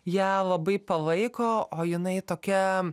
ją labai palaiko o jinai tokia